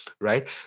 Right